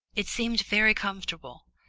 it seemed very comfortable,